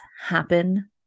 happen